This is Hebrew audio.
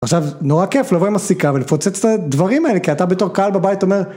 עכשיו, נורא כיף לבוא עם הסיכה ולפוצץ את הדברים האלה, כי אתה בתור קהל בבית אומר...